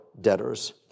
debtors